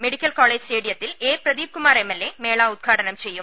medical college സ്റ്റേഡിയത്തിൽ A Pradeepkumar M L A മേള ഉദ്ഘാടനം ചെയ്യും